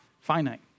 finite